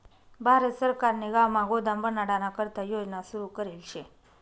भारत सरकारने गावमा गोदाम बनाडाना करता योजना सुरू करेल शे